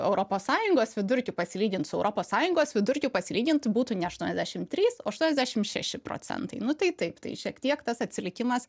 europos sąjungos vidurkiu pasilygint su europos sąjungos vidurkiu pasilygint būtų ne aštuoniasdešim trys o aštuoniasdešimt šeši procentai nu tai taip tai šiek tiek tas atsilikimas